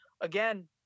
again